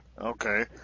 Okay